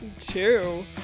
two